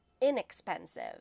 inexpensive